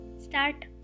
Start